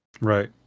Right